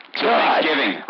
Thanksgiving